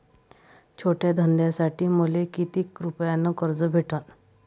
छोट्या धंद्यासाठी मले कितीक रुपयानं कर्ज भेटन?